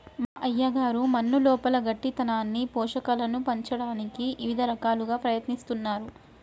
మా అయ్యగారు మన్నులోపల గట్టితనాన్ని పోషకాలను పంచటానికి ఇవిద రకాలుగా ప్రయత్నిస్తున్నారు